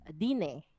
dine